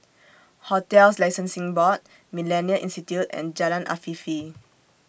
hotels Licensing Board Millennia Institute and Jalan Afifi